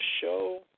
show